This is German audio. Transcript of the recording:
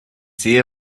sehe